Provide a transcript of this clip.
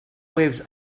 waves